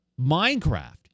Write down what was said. Minecraft